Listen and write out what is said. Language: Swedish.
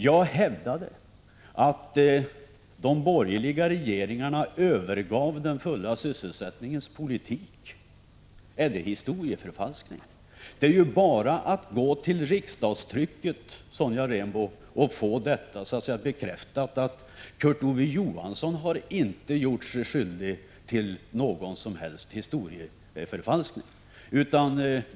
Jag hävdade att de borgerliga regeringarna övergav den fulla sysselsättningens politik. Är det historieförfalskning? Det är ju bara att gå till riksdagstrycket, Sonja Rembo, och få bekräftat att Kurt Ove Johansson inte har gjort sig skyldig till någon som helst historieförfalskning.